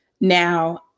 Now